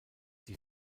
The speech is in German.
die